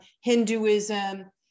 Hinduism